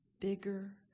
bigger